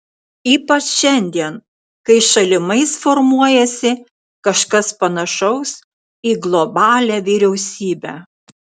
ypač šiandien kai šalimais formuojasi kažkas panašaus į globalią vyriausybę